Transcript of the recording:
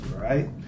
right